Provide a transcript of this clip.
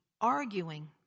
arguing